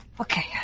Okay